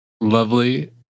lovely